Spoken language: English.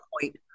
point